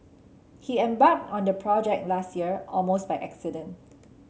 he embarked on the project last year almost by accident